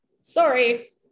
sorry